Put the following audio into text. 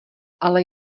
ale